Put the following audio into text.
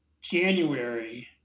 January